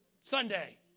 Sunday